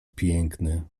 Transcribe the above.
piękny